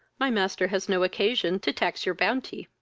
my master has no occasion to tax your bounty.